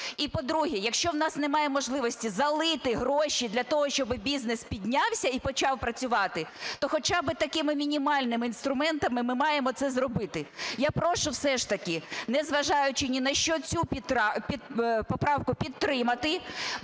І, по-друге, якщо в нас немає можливості залити гроші для того, щоб бізнес піднявся і почав працювати, то хоча би такими мінімальними інструментами ми маємо це зробити. Я прошу все ж таки, незважаючи ні на що, цю поправку підтримати,